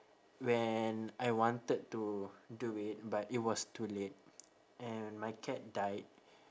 when I wanted to do it but it was too late and my cat died